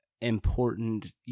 important